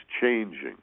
changing